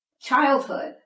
childhood